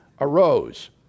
arose